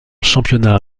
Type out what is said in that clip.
championnat